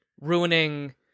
ruining